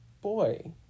boy